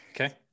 Okay